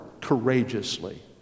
courageously